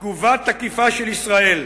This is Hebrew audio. תהיה תגובה תקיפה של ישראל,